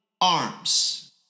arms